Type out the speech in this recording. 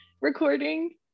recording